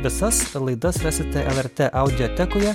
visas laidas rasite audiotekoje